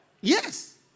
Yes